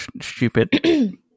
stupid